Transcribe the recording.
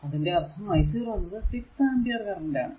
അതിന്റെ അർഥം i 0 എന്നത് 6 ആംപിയർ കറന്റ് ആണ്